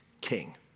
king